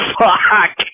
fuck